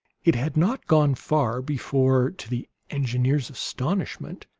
it had not gone far before, to the engineer's astonishment,